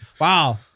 Wow